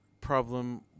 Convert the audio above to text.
problem